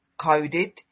coded